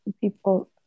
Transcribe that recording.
people